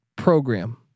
Program